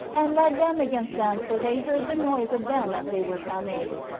and led them against them for they heard the noise of them as they were coming.